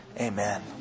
Amen